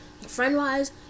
friend-wise